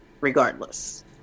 regardless